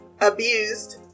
abused